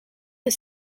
que